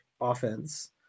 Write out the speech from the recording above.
offense